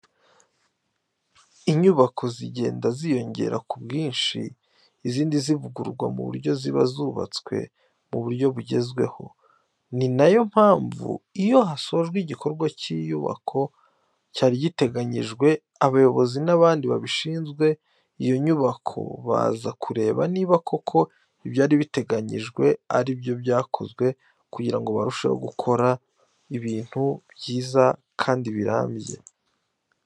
Inyubako zigenda ziyongera ku bwinshi izindi zivugururwa mu buryo ziba zubatswe mu buryo bugezweho, ni na yo mpamvu iyo hasojwe igikorwa cy'inyubako cyari giteganijwe abayobozi n'abari bashinzwe iyo nyubako baza kureba niba koko ibyari biteganyijwe ari byo byakozwe kugira ngo barusheho gukora ibintu byiza kandi birambye.